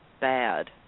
bad